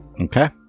Okay